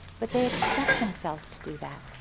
but they expect themselves to do that.